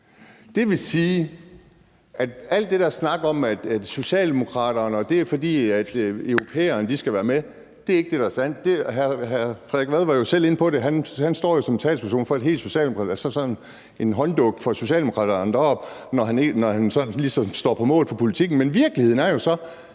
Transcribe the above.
Det vil sige, at al den der snak om, at det er, fordi europæerne skal være med, ikke er det, der er sandt. Hr. Frederik Vad var jo selv inde på det. Han står jo deroppe som talsperson for et helt Socialdemokrati, altså sådan en hånddukke for Socialdemokraterne, når han så ligesom står på mål for politikken. Men virkeligheden er jo så,